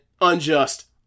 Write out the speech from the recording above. Unjust